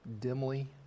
dimly